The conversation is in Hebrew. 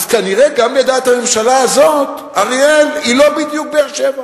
אז כנראה גם לדעת הממשלה הזאת אריאל היא לא בדיוק באר-שבע